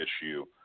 issue